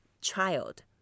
child